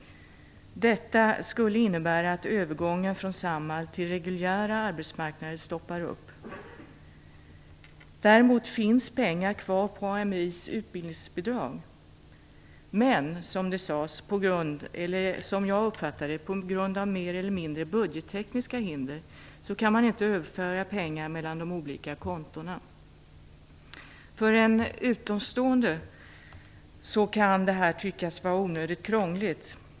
Detta innebär att övergången från Samhall till den reguljära arbetsmarknaden stoppas upp. Däremot finns det pengar kvar när det gäller AMI:s utbildningsbidrag. Men på grund av mer eller mindre budgettekniska hinder kan man inte överföra pengar mellan de olika kontona, som jag uppfattade det. För en utomstående kan detta tyckas vara onödigt krångligt.